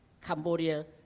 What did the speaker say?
Cambodia